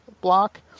block